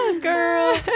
Girl